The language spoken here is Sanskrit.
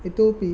इतोऽपि